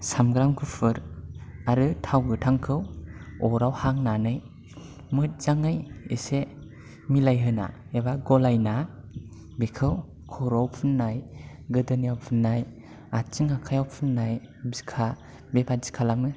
सामब्राम गुफुर आरो थाव गोथांखौ अराव हांनानै मोजजाङै एसे मिलायहोना एबा गलायना बेखौ खर'आव फुननाय गोदोनायाव फुननाय आथिं आखायाव फुननाय बिखा बेबादि खालामो